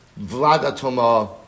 Vladatoma